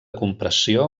compressió